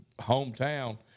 hometown –